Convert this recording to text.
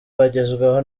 bagezwaho